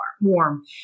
warm